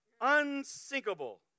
unsinkable